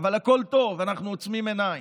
אבל הכול טוב, אנחנו עוצמים עיניים.